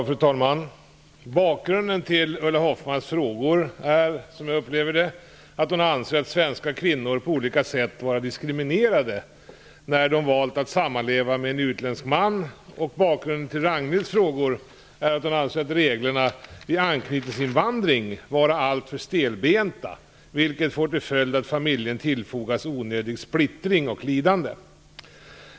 Fru talman! Bakgrunden till Ulla Hoffmanns frågor är att hon anser svenska kvinnor på olika sätt vara diskriminerade när de valt att sammanleva med en utländsk man, och bakgrunden till Ragnhild Pohankas frågor är att hon anser reglerna vid anknytningsinvandring vara alltför stelbenta, vilket får till följd att familjen tillfogas onödig splittring och lidande.